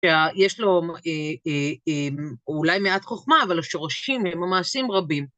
שיש לו אולי מעט חוכמה, אבל השורשים הם מעשים רבים.